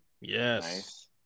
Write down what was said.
Yes